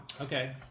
Okay